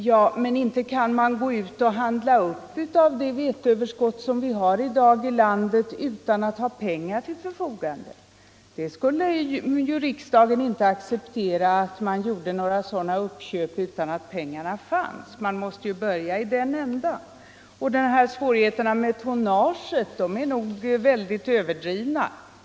Ja, men inte kan man handla upp av det överskott av vete som i dag finns i landet utan att ha pengar till förfogande. Riksdagen skulle inte acceptera att man gjorde sådana uppköp utan att pengarna redan beviljats. Man måste ju börja i den änden. De svårigheter med tonnage som herr Antonsson talade om tror jag är överdrivna.